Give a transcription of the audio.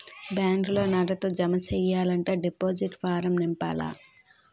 బ్యాంకులో నగదు జమ సెయ్యాలంటే డిపాజిట్ ఫారం నింపాల